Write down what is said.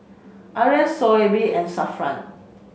Aryan Shoaib and Zafran